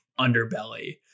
underbelly